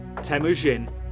Temujin